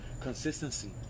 consistency